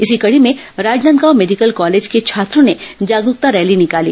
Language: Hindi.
इसी कड़ी में राजनांदगांव मेडिकल कॉलेज के छात्रों ने जागरूकता रैली निकाली